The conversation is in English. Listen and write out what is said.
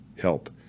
help